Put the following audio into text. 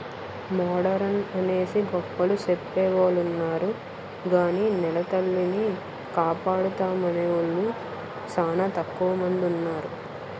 modern అనేసి గొప్పలు సెప్పెవొలున్నారు గాని నెలతల్లిని కాపాడుతామనేవూలు సానా తక్కువ మందున్నారు